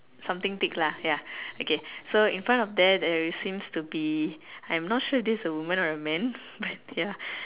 something thick lah ya okay so in front of there there is seems to be I'm not sure if this is a woman or a man but ya